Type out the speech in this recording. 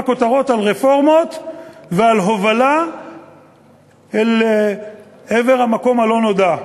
כותרות על רפורמות ועל הובלה אל עבר המקום הלא-נודע,